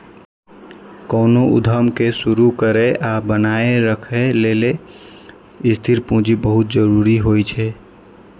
कोनो उद्यम कें शुरू करै आ बनाए के राखै लेल स्थिर पूंजी बहुत जरूरी होइ छै